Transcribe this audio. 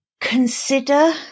consider